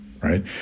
right